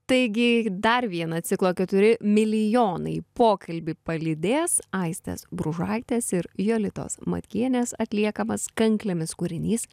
taigi dar vieną ciklo keturi milijonai pokalbį palydės aistės bružaitės ir jolitos matkienės atliekamas kanklėmis kūrinys